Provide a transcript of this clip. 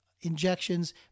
injections